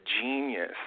genius